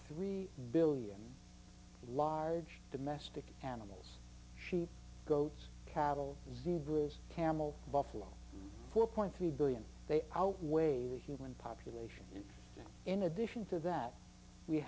three billion large domestic animals sheep goats cattle zebras camel buffalo four point three billion they outweigh the human population and in addition to that we